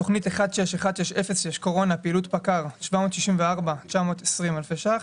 תוכנית 1616-06 קורונה פעילות פקע"ר: 764,920 אלפי שקלים.